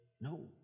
No